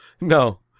no